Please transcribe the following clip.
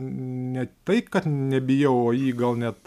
ne tai kad nebijau o jį gal net